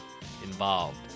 involved